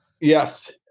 Yes